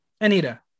Anita